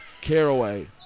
Caraway